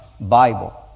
Bible